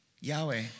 Yahweh